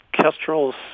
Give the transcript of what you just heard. kestrels